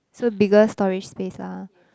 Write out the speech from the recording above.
so bigger storage space lah